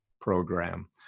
program